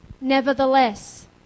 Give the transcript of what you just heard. Nevertheless